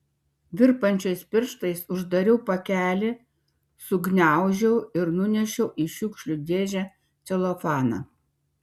virpančiais pirštais uždariau pakelį sugniaužiau ir nunešiau į šiukšlių dėžę celofaną